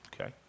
Okay